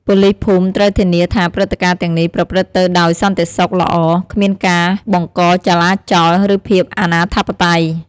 ប៉ូលីសភូមិត្រូវធានាថាព្រឹត្តិការណ៍ទាំងនេះប្រព្រឹត្តទៅដោយសន្តិសុខល្អ គ្មានការបង្កចលាចល ឬភាពអនាធិបតេយ្យ។